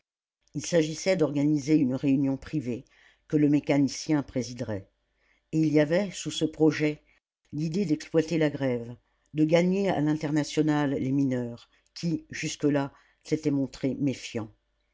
il s'agissait d'organiser une réunion privée que le mécanicien présiderait et il y avait sous ce projet l'idée d'exploiter la grève de gagner à l'internationale les mineurs qui jusque-là s'étaient montrés méfiants